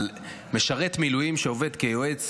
על משרת מילואים שעובד כיועץ